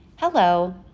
Hello